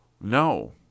no